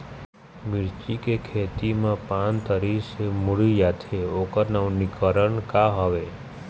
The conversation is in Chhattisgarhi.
मिर्ची के खेती मा पान तरी से मुड़े जाथे ओकर नवीनीकरण का हवे?